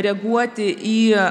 reaguoti į